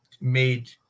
made